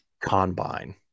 combine